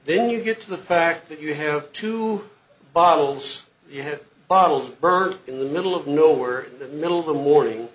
then you get to the fact that you have two bottles you have bottles burnt in the middle of nowhere in the middle of the morning